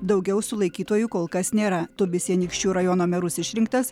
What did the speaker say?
daugiau sulaikytųjų kol kas nėra tubis į anykščių rajono merus išrinktas